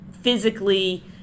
physically